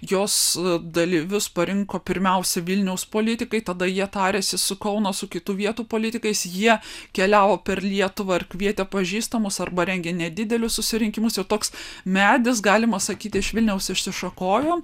jos dalyvius parinko pirmiausia vilniaus politikai tada jie tarėsi su kauno su kitų vietų politikais jie keliavo per lietuvą ir kvietė pažįstamus arba rengė nedidelius susirinkimus jau toks medis galima sakyti iš vilniaus išsišakojo